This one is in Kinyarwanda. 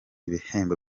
ibihembo